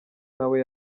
nawe